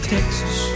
Texas